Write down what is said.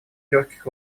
легких